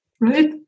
right